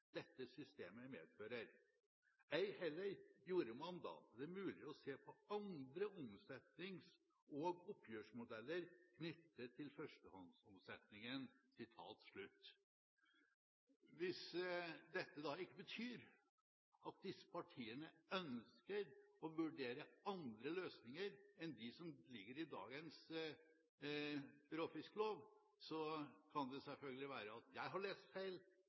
dette systemet medfører. Ei heller gjorde mandatet det mulig å se på andre omsetnings- og oppgjørsmodeller knyttet til førstehåndsomsetningen.» Hvis dette da ikke betyr at disse partiene ønsker å vurdere andre løsninger enn dem som ligger i dagens råfisklov, kan det selvfølgelig være at jeg har lest feil,